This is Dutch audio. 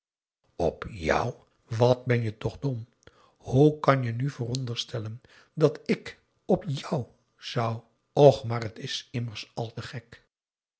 op jou wat ben je toch dom hoe kan je nu vooronderstellen dat ik op jou zou och maar t is immers al te gek